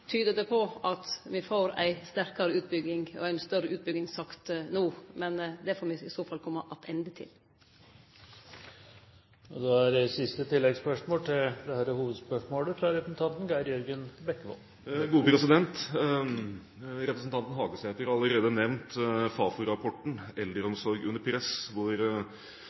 tyder det på at me får ei sterkare utbygging og ein større utbyggingstakt no, men det får me i så fall kome attende til. Geir Jørgen Bekkevold – til oppfølgingsspørsmål. Representanten Hagesæter har allerede nevnt Fafo-rapporten Eldreomsorg under press, hvor det